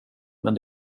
men